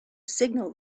signal